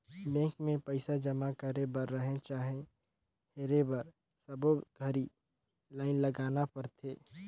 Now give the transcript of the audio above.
bank मे पइसा जमा करे बर रहें चाहे हेरे बर सबो घरी लाइन लगाना परथे